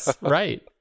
right